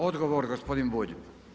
Odgovor gospodin Bulj.